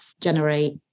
generate